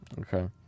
okay